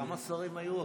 כמה שרים היו?